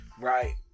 Right